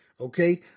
okay